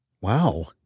Wow